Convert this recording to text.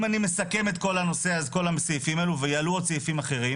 אם אני מסכם את כל הסעיפים האלו ויעלו עוד סעיפים אחרים,